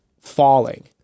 falling